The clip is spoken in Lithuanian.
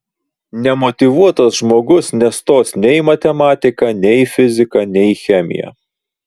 nemotyvuotas žmogus nestos nei į matematiką nei į fiziką nei į chemiją